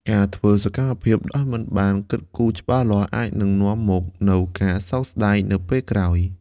ការធ្វើសកម្មភាពដោយមិនបានគិតគូរច្បាស់លាស់ អាចនឹងនាំមកនូវការសោកស្តាយនៅពេលក្រោយ។